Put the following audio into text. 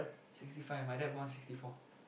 sixty five my dad born sixty four